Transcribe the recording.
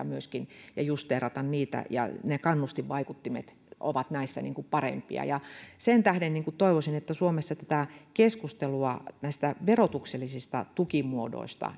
myöskin tuloasteikkoja ja justeerata niitä ja kannustinvaikuttimet ovat näissä parempia sen tähden toivoisin että suomessa voitaisiin jatkaa keskustelua näistä verotuksellisista tukimuodoista